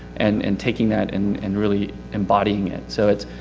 and and taking that and and really embodying it. so it's,